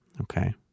Okay